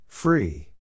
Free